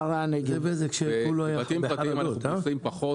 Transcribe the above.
בבתים פרטיים אנחנו נמצאים פחות.